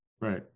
right